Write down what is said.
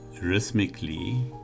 rhythmically